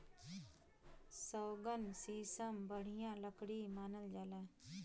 सौगन, सीसम बढ़िया लकड़ी मानल जाला